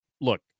look